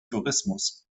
tourismus